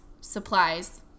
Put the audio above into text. supplies